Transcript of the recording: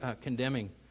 condemning